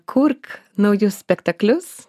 kurk naujus spektaklius